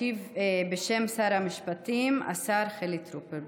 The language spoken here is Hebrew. ישיב בשם שר המשפטים השר חילי טרופר,